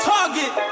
Target